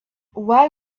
why